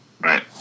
right